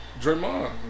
Draymond